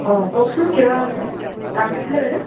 অ কওকচোন কিবা কাম আছিলে বাইদেউ